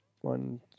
one